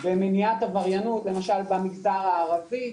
במניעת עבריינות למשל במגזר הערבי,